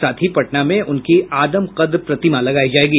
साथ ही पटना में उनकी आदमकद प्रतिमा लगायी जायेगी